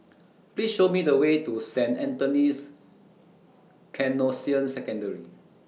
Please Show Me The Way to Saint Anthony's Canossian Secondary